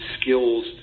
skills